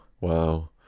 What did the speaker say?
Wow